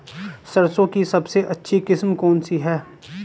सरसों की सबसे अच्छी किस्म कौन सी है?